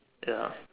ya